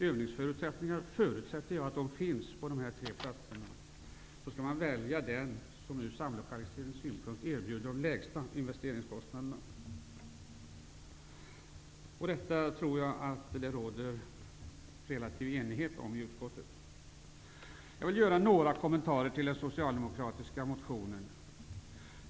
Jag förutsätter att övningsförutsättningar finns på dessa tre platser. Den ort som ur samlokaliseringssynpunkt erbjuder de lägsta investeringskostnaderna skall alltså väljas. Jag tror att det råder relativt stor enighet om detta i utskottet. Jag vill göra några kommentarer till den socialdemokratiska partimotionen.